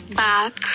back